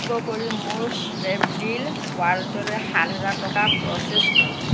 অনুগ্ৰহ কৰি মোৰ স্নেপডীল ৱালেটলৈ সাতহাজাৰ টকা প্ৰচেছ কৰক